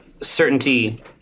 Certainty